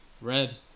Red